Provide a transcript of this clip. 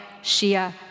Shia